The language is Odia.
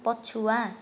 ପଛୁଆ